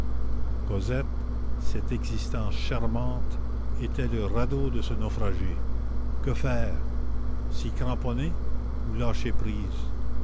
cosette cette existence charmante était le radeau de ce naufragé que